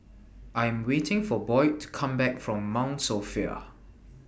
I Am waiting For Boyd to Come Back from Mount Sophia